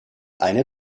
eine